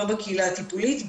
לא בקהילה הטיפולית,